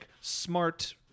smart